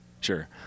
Sure